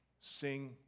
sing